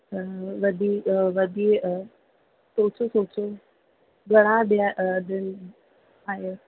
त वधी वधी सोचो सोचो घणा ॼ आहियो